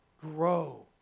grow